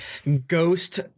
ghost